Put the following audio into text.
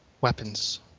weapons